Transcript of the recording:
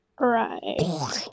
Right